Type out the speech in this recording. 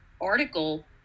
article